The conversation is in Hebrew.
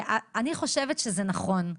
אני חושבת שזה נכון,